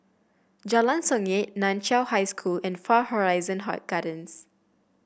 Jalan Songket Nan Chiau High School and Far Horizon Gardens